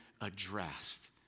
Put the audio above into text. addressed